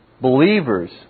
believers